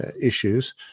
issues